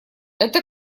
это